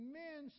men